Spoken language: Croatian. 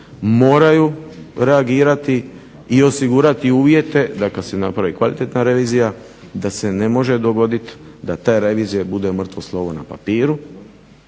moraju reagirati i osigurati uvjete, da kad se napravi kvalitetna revizija da se ne može dogodit da ta revizija bude mrtvo slovo na papiru